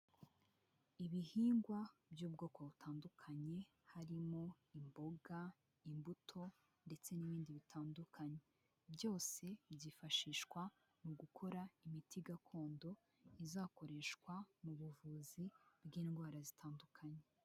Ibihingwa by'ubwoko butandukanye, harimo imboga, imbuto ndetse n'ibindi bitandukanye byose byifashishwa, mu gukora imiti gakondo izakoreshwa mu buvuzi bw'indwara zitandukanye.